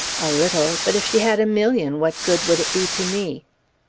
a little. but if she had a million what good would it be to me?